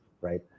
right